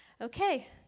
Okay